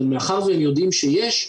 אבל מאחר והם יודעים שיש,